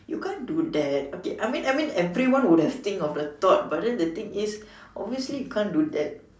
you can't do that okay I mean I mean everyone would have think of the thought but then the thing is obviously you can't do that